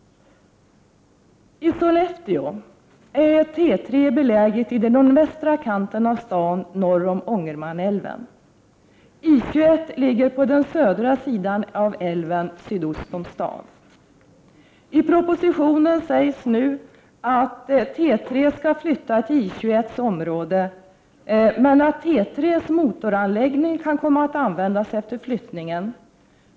I Sollefteå är T 3 beläget i den nordvästra kanten av staden norr om Ångermanälven. I 21 ligger på den södra sidan om älven sydost om staden. I propositionen sägs det att T 3 skall flytta till I 21:s område, men att T 3:s motoranläggning kan komma att användas efter flyttningen.